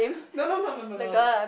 no no no no no no